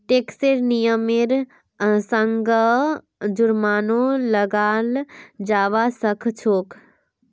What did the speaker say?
टैक्सेर नियमेर संगअ जुर्मानो लगाल जाबा सखछोक